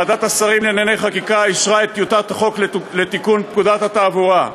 ועדת השרים לענייני חקיקה אישרה את טיוטת החוק לתיקון פקודת התעבורה.